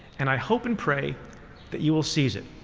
and i hope and pray that you will seize it.